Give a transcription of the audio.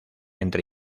entre